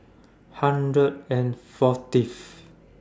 hundred and fortieth